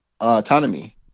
autonomy